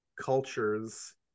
cultures